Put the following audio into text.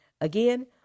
Again